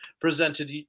presented